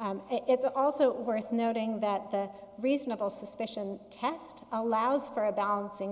and it's also worth noting that the reasonable suspicion test allows for a balancing